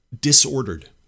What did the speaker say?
disordered